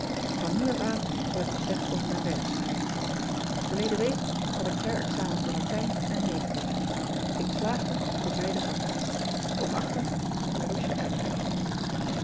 an nu of aan zal ik u slechts over mijn werk schrijven erleden week had ik her-examen voor atijn en eetkunde k slaagde voor beide vakken oogachtend